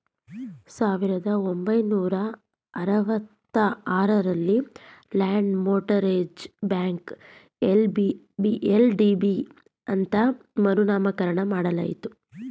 ಸಾವಿರದ ಒಂಬೈನೂರ ಅರವತ್ತ ಆರಲ್ಲಿ ಲ್ಯಾಂಡ್ ಮೋಟರೇಜ್ ಬ್ಯಾಂಕ ಎಲ್.ಡಿ.ಬಿ ಅಂತ ಮರು ನಾಮಕರಣ ಮಾಡಲಾಯಿತು